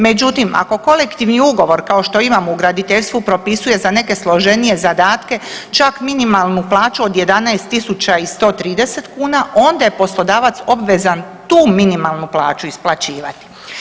Međutim, ako kolektivni ugovor kao što imamo u graditeljstvu propisuje za neke složenije zadatke čak minimalnu plaću od 11 tisuća i 130 kuna, onda je poslodavac obvezan tu minimalnu plaću isplaćivati.